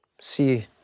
see